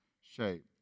shape